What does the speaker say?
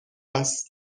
است